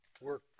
work